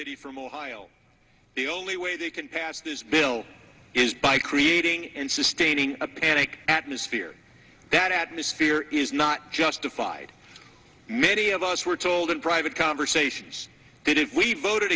eighty from ohio the only way they can pass this bill is by creating and sustaining a panic atmosphere that atmosphere is not justified many of us were told in private conversations that if we voted